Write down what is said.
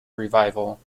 revival